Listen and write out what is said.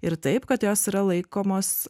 ir taip kad jos yra laikomos